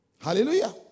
Hallelujah